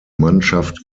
mannschaft